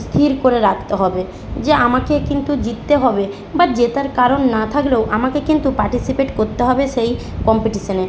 স্থির করে রাখতে হবে যে আমাকে কিন্তু জিততে হবে বা জেতার কারণ না থাকলেও আমাকে কিন্তু পার্টিসিপেট করতে হবে সেই কম্পিটিশনে